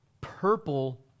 purple